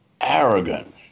arrogant